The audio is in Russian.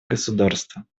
государства